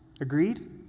Agreed